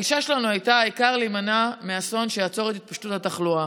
הגישה שלנו הייתה: העיקר להימנע מאסון שיעצור את התפשטות התחלואה.